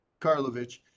Karlovich